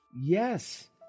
Yes